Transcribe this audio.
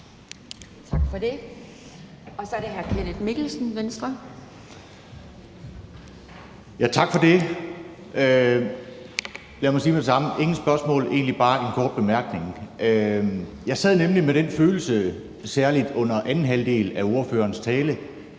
Mikkelsen, Venstre. Kl. 17:49 Kenneth Mikkelsen (V): Tak for det. Lad mig sige med det samme, at der ingen spørgsmål er, men egentlig bare en kort bemærkning. Jeg sad nemlig med den følelse, særlig under anden halvdel af ordførerens tale,